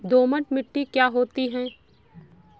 दोमट मिट्टी क्या होती हैं?